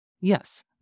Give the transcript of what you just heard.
Yes